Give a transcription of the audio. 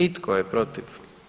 I tko je protiv?